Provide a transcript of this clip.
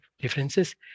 differences